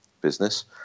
business